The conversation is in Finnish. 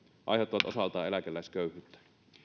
aiheuttavat osaltaan eläkeläisköyhyyttä